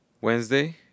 Wednesday